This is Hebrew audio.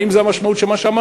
האם זו המשמעות של מה שאמרת?